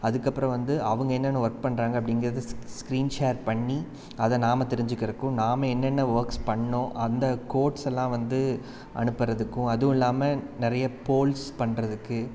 அதுக்கப்புறம் வந்து அவங்க என்னென்ன ஒர்க் பண்ணுறாங்க அப்படிங்குறது ஸ்கிரீன் ஷேர் பண்ணி அதை நாம் தெரிஞ்சுக்கிறக்கும் நாம் என்னென்ன ஒர்க்ஸ் பண்ணிணோம் அந்த கோட்ஸெலாம் வந்து அனுப்புகிறதுக்கும் அதுவும் இல்லாமல் நிறைய போல்ஸ் பண்ணுறதுக்கு